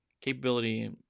Capability